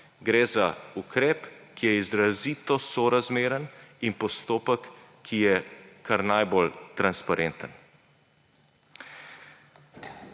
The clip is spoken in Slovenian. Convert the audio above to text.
gre za ukrep, ki je izrazito sorazmeren, in postopek, ki je kar najbolj transparenten.